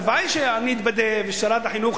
הלוואי שאני אתבדה ושרת החינוך,